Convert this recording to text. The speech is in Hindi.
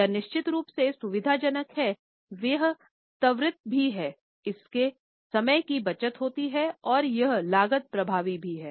यह निश्चित रूप से सुविधाजनक है यह त्वरित भी है इससे समय की बचत होती है और यह लागत प्रभावी भी है